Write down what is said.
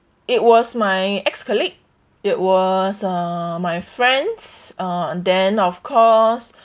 it was my ex-colleague it was uh my friends uh then of course